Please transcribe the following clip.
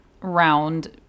round